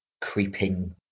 creeping